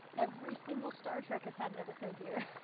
every single star trek has had an episode here.